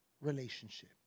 relationship